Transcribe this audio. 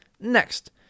Next